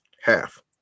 half